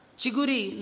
Chiguri